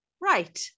Right